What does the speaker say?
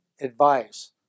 advice